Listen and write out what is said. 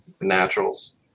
Naturals